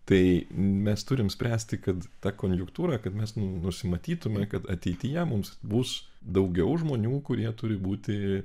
tai mes turim spręsti kad ta konjunktūra kad mes nusimanytume kad ateityje mums bus daugiau žmonių kurie turi būti